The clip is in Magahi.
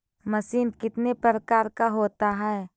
मशीन कितने प्रकार का होता है?